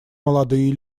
молодые